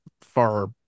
far